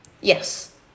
Yes